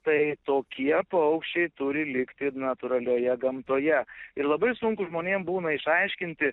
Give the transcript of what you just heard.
tai tokie paukščiai turi likti natūralioje gamtoje ir labai sunku žmonėm būna išaiškinti